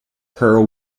her